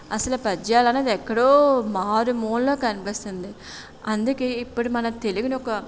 అసలు పద్యాలు అనేది ఎక్కడో మారుమూల కనిపిస్తుంది అందుకే ఇప్పుడు మన తెలుగును ఒక